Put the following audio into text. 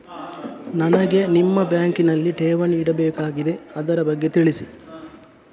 ನನಗೆ ನಿಮ್ಮ ಬ್ಯಾಂಕಿನಲ್ಲಿ ಠೇವಣಿ ಇಡಬೇಕಾಗಿದೆ, ಅದರ ಬಗ್ಗೆ ತಿಳಿಸಿ